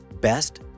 best